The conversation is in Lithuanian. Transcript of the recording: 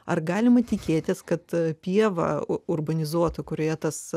ar galima tikėtis kad pieva urbanizuota kurioje tas